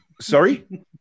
Sorry